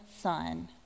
son